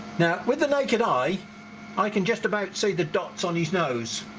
now with the naked eye i can just about see the dots on his nose